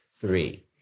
three